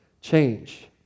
change